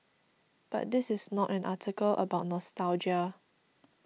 but this is not an article about nostalgia